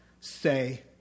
say